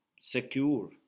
secure